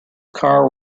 carl